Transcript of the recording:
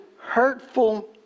hurtful